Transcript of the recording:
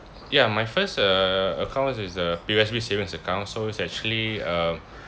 ya my first uh account is uh P_O_S_B savings account so it's actually uh